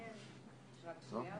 היה ברור שהתחלואה